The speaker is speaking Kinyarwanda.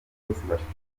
bashishikarizwa